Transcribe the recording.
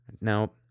Now